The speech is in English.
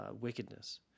wickedness